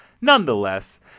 Nonetheless